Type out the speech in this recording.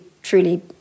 Truly